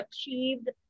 achieved